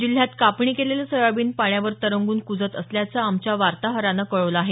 जिल्ह्यात कापणी केलेलं सोयाबीन पाण्यावर तरंगून कुजत असल्याचं आमच्या वार्ताहरानं कळवलं आहे